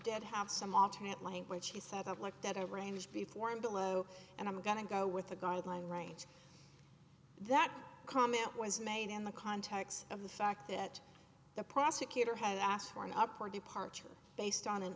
did have some alternate language he said i've looked at a range before i'm below and i'm going to go with the guideline range that comment was made in the context of the fact that the prosecutor had asked for an up or departure based on an